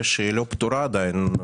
שלא פתורה עדיין,